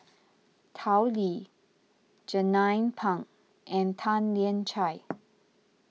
Tao Li Jernnine Pang and Tan Lian Chye